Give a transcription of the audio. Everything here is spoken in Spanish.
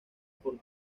por